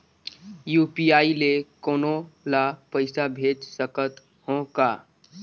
UPI ले कोनो ला पइसा भेज सकत हों का?